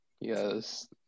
Yes